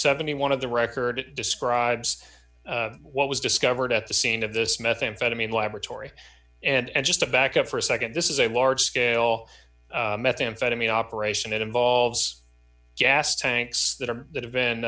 seventy one dollars of the record describes what was discovered at the scene of this methamphetamine laboratory and just a back up for a nd this is a large scale methamphetamine operation that involves gas tanks that are that have been